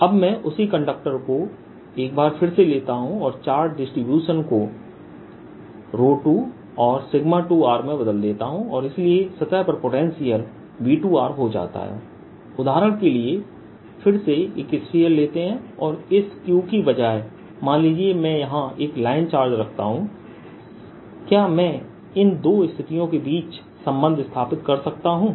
अब मैं उसी कंडक्टर को एक बार फिर से लेता हूं और चार्ज डिस्ट्रीब्यूशन को 2r और 2r में बदल देता हूं और इसलिए सतह पर पोटेंशियल V2r हो जाता है उदाहरण के लिए फिर से एक स्फीयर लेते हैं और इस Q के बजाय मान लीजिए कि मैं यहां एक लाइन चार्ज रखता हूं क्या मैं इन दो स्थितियों के बीच संबंध स्थापित कर सकता हूं